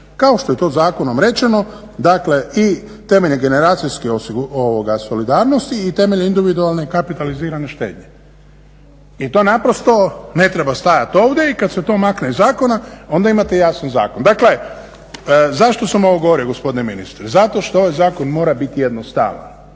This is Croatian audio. kao što je to zakonom rečeno. Dakle, i temeljem generacijske solidarnosti i temeljem individualne kapitalizirane štednje i to naprosto ne treba stajati ovdje i kad se to makne iz zakona onda imate jasan zakon. Dakle zašto sam ovo govorio gospodine ministre? Zato što ovaj zakon mora biti jednostavan.